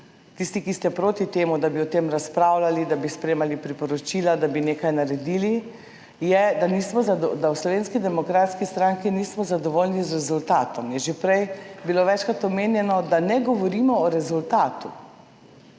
tisti, ki ste proti temu, da bi o tem razpravljali, da bi sprejemali priporočila, da bi nekaj naredili, je da v Slovenski demokratski stranki nismo zadovoljni z rezultatom. Je že prej bilo večkrat omenjeno, da ne govorimo o rezultatu.